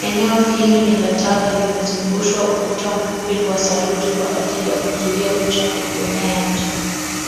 Eneo hili ni la taka limezungushwa ukuta mfupi wa saruji kwa ajili ya kuzuia uchafu kuenea nje.